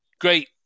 great